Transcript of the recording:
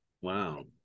Wow